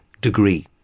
degree